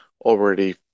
already